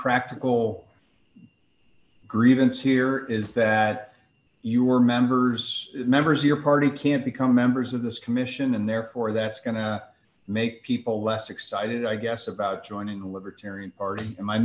practical grievance here is that you were members members of your party can't become members of this commission and therefore that's going to make people less excited i guess about joining the libertarian party am i